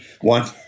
one